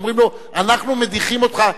אומרים לו: אנחנו מדיחים אותך,